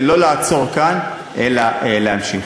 ולא לעצור כאן אלא להמשיך.